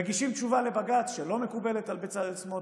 מגישים תשובה לבג"ץ שלא מקובלת על בצלאל סמוטריץ'.